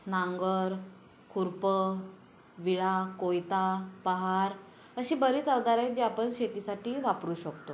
नांगर खुरपं विळा कोयता पहार असे बरेच अवजार आहे जे आपण शेतीसाठी वापरू शकतो